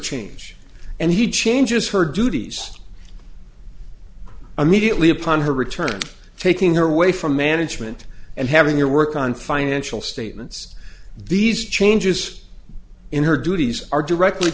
change and he changes her duties a media lipan her return taking her away from management and having your work on financial statements these changes in her duties are directly